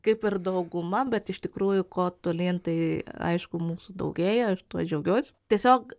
kaip ir dauguma bet iš tikrųjų kuo tolyn tai aišku mūsų daugėja aš tuo džiaugiuos tiesiog